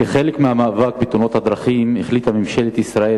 כחלק מהמאבק בתאונות הדרכים החליטה ממשלת ישראל